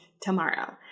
tomorrow